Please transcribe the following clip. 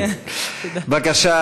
בבקשה,